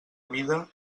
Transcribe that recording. mida